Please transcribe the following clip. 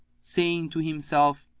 saying to himself,